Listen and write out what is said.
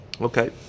Okay